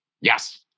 Yes